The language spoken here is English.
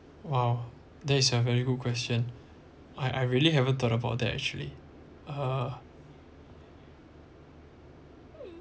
!wow! that is a very good question I I really haven't thought about that actually uh